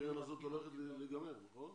הכסף בקרן הזאת הולך להיגמר, נכון?